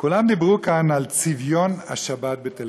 כולם דיברו כאן על צביון השבת בתל-אביב.